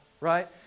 right